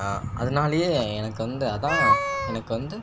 அதனாலயே எனக்கு வந்து அதுதான் எனக்கு வந்து